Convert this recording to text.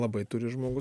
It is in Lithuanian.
labai turi žmogus